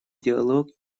диалог